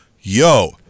yo